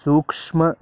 सूक्ष्मम्